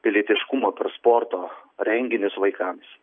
pilietiškumą per sporto renginius vaikams